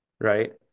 right